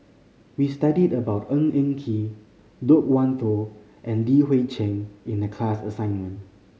we studied about Ng Eng Kee Loke Wan Tho and Li Hui Cheng in the class assignment